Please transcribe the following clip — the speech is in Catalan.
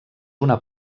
una